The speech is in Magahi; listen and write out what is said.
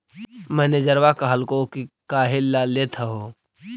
मैनेजरवा कहलको कि काहेला लेथ हहो?